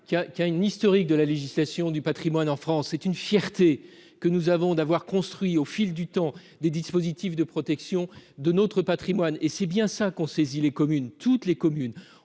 qui a une historique de la législation du Patrimoine en France, c'est une fierté que nous avons, d'avoir construit au fil du temps, des dispositifs de protection de notre Patrimoine, et c'est bien ça qu'on saisit les communes, toutes les communes,